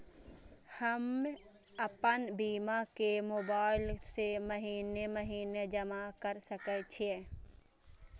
हम आपन बीमा के मोबाईल से महीने महीने जमा कर सके छिये?